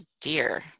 dear